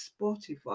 Spotify